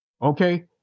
okay